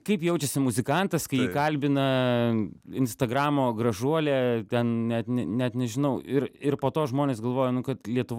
kaip jaučiasi muzikantas kai jį kalbina instagramo gražuolė ten net ne net nežinau ir ir po to žmonės galvoja nu kad lietuvoj